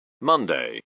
Monday